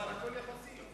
הכול יחסי.